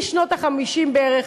משנות ה-50 בערך,